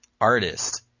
artist